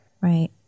Right